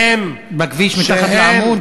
באיזה, בכביש מתחת לעמוד?